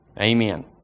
Amen